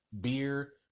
beer